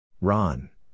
Ron